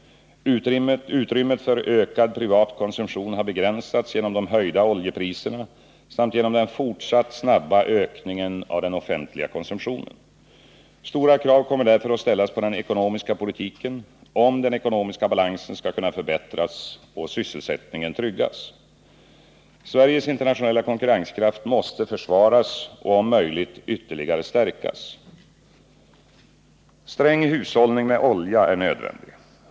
Utrymmet för ökad privat konsumtion har begränsats genom de höjda oljepriserna samt genom den fortsatt snabba ökningen av den offentliga konsumtionen. Stora krav kommer därför att ställas på den ekonomiska politiken, om den ekonomiska balansen skall kunna förbättras och sysselsättningen tryggas. Sveriges internationella konkurrenskraft måste försvaras och om möjligt ytterligare stärkas. Sträng hushållning med olja är nödvändig.